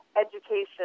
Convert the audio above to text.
education